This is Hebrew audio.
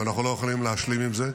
תמנו את בן גביר.